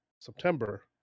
September